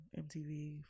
MTV